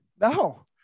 No